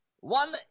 One